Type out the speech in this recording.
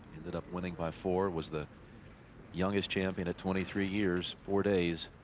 ended up winning by four was the youngest champion at twenty-three years, four days.